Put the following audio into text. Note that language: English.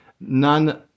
None